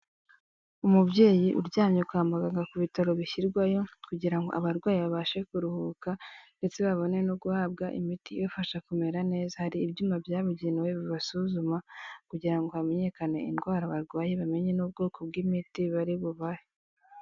Umubyeyi uryamye ukamaganga ku bitaro bishyirwayo kugira ngo abarwayi babashe kuruhuka ndetse babone no guhabwa imiti ibafasha kumera neza. Hari ibyuma byabugenewe bibasuzuma kugira ngo hamenyekane indwara barwaye bamenye n'ubwoko bw'imiti bari bubahe.